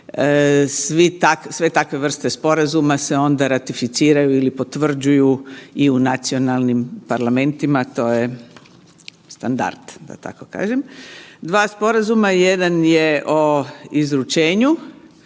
Sve takve vrste sporazuma se onda ratificiraju ili potvrđuju i u nacionalnim parlamentima to je standard da tako kažem. Dva sporazuma, jedan je o izručenju